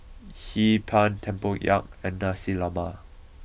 Hee Pan Tempoyak and Nasi Lemak